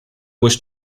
wish